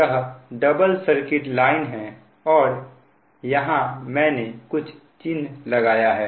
यह double circuit line है और यहां मैंने कुछ चिह्न लगाया है